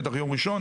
בטח ביום ראשון.